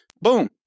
boom